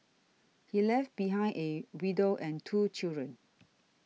he left behind a widow and two children